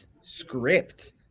Script